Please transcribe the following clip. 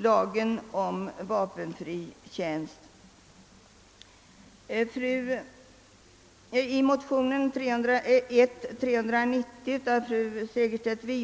Även den utmynnar i att en översyn av denna lagstiftning